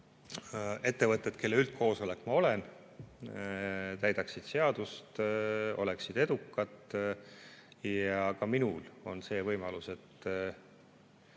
ettevõtted, kelle üldkoosolek ma olen, täidaksid seadust ja oleksid edukad. Ka minul on võimalus